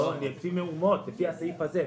לא, לפי מהומות, לפי הסעיף הזה.